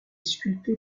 sculpté